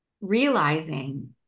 realizing